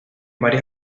varias